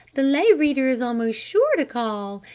the lay reader is almost sure to call.